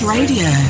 Radio